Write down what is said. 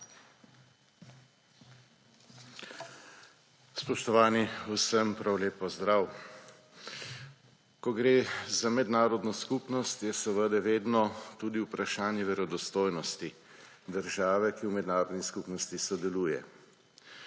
Spoštovani, vsem prav lep pozdrav! Ko gre za mednarodno skupnost, je seveda vedno tudi vprašanje verodostojnosti države, ki v mednarodni skupnosti sodeluje.